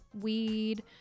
weed